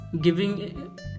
giving